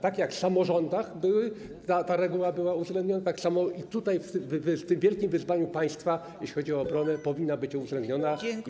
Tak jak w samorządach ta reguła była uwzględniona, tak samo i tutaj, przy tym wielkim wyzwaniu państwa, jeśli chodzi o obronę, powinna być uwzględniona.